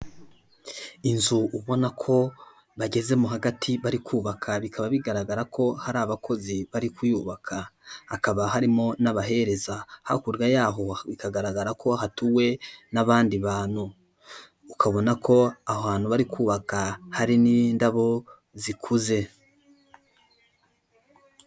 Inzu ubona ko bagezemo hagati bari kubaka, bikaba bigaragara ko hari abakozi bari kuyubaka, hakaba harimo n'abahereza. Hakurya yaho bikagaragara ko hatuwe n'abandi bantu. Ukabona ko ahantu bari kubaka hari n'indabo zikuze.